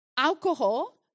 Alcohol